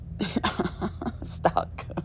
stuck